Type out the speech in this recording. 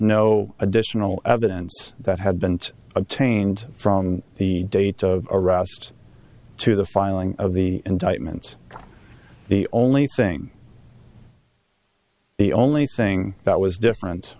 no additional evidence that had been obtained from the date of arrest to the filing of the indictment the only thing the only thing that was different